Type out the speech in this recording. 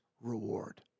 reward